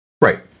Right